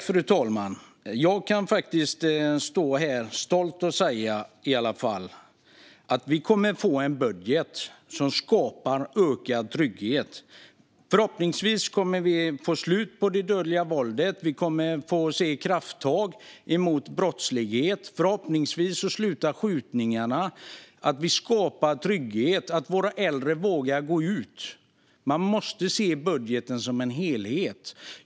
Fru talman! Jag kan stå här stolt och säga att vi kommer att få en budget som skapar ökad trygghet. Förhoppningsvis kommer vi att få slut på det dödliga våldet. Vi kommer att få se krafttag mot brottslighet. Förhoppningsvis slutar skjutningarna. Vi skapar trygghet så att våra äldre vågar gå ut. Man måste se budgeten som en helhet.